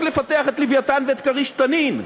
לפתח את "לווייתן" ואת "כריש" "תנין";